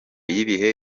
y’ibi